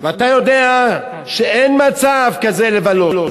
ואתה יודע שאין מצב כזה לבלות.